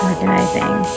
Organizing